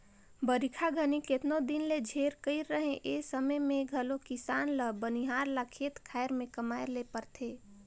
बरिखा घनी केतनो दिन ले झेर कइर रहें ए समे मे घलो किसान ल बनिहार ल खेत खाएर मे कमाए ले परथे